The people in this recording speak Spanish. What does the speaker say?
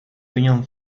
piñón